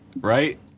right